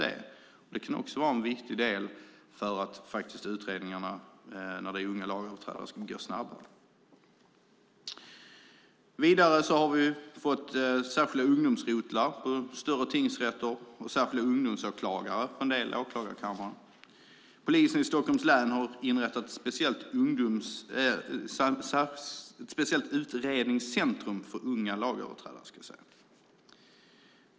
Det kan också vara en viktig del för att utredningarna när de gäller unga lagöverträdare ska gå snabbare. Vidare har vi fått särskilda ungdomsrotlar på större tingsrätter och särskilda ungdomsåklagare på en del åklagarkammare. Polisen i Stockholms län har inrättat ett speciellt utredningscentrum för unga lagöverträdare.